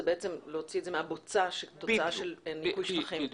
זה בעצם להוציא את זה מהבוצה שהיא תוצאה של ניקוי שפכים.